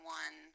one